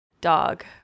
dog